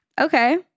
Okay